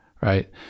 right